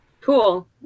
Cool